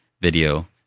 video